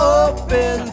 open